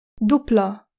DUPLA